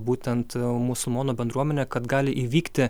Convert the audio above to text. būtent musulmonų bendruomenę kad gali įvykti